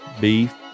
beef